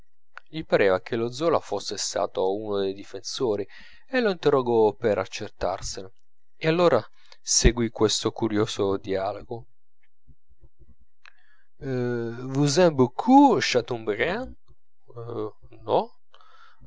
gli pareva che lo zola fosse stato uno dei difensori e lo interrogò per accertarsene e allora segui questo curioso dialogo